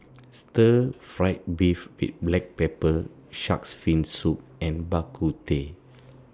Stir Fried Beef with Black Pepper Shark's Fin Soup and Bak Kut Teh